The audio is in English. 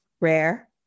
rare